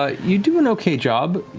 ah you do an okay job.